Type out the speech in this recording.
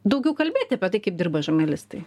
daugiau kalbėti apie tai kaip dirba žurnalistai